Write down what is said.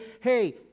Hey